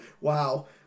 Wow